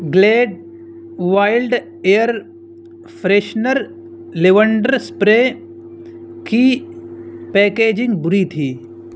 Glade wild air freshener lavender spray کی packaging بری تھی